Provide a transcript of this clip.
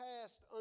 past